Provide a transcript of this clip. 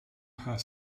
her